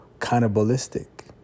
cannibalistic